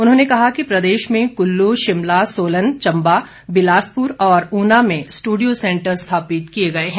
उन्होंने कहा कि प्रदेश में कुल्लू शिमला सोलन चम्बा बिलासपुर और ऊना में स्टूडियो सेंटर स्थापित किए गए हैं